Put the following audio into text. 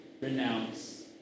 renounce